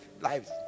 lives